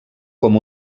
com